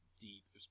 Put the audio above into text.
deep